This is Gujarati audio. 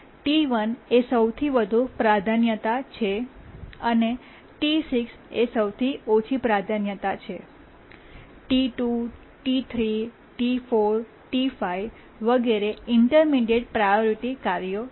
T1 એ સૌથી વધુ પ્રાધાન્યતા છે અને T6 એ સૌથી ઓછી પ્રાધાન્યતા છે અને T2 T3 T4 T5 વગેરે ઇન્ટર્મીડિએટ્ પ્રાયોરિટી કાર્યો છે